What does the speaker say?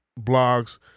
blogs